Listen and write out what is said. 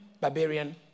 Barbarian